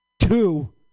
Two